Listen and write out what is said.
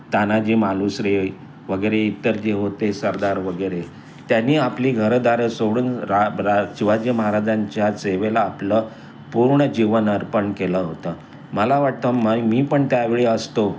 तानाजी मालुसरे वगेरे इतर जे होते सरदार वगेरे त्यांनी आपली घरंदारं सोडून रा रा रािवाजी महाराजांच्या सेवेला आपलं पूर्ण जीवन अर्पण केलं होतं मला वाटतं मै मी पण त्यावेळी असतो